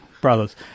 brothers